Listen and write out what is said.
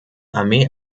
armee